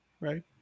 right